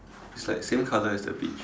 it's like same color as the beach